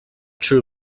true